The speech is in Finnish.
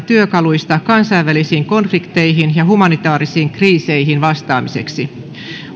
työkaluista kansainvälisiin konflikteihin ja humanitaarisiin kriiseihin vastaamiseksi